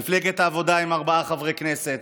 מפלגת העבודה עם ארבעה חברי כנסת,